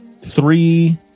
Three